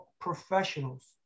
professionals